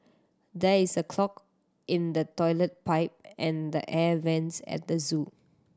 there is a clog in the toilet pipe and the air vents at the zoo